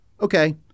Okay